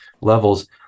levels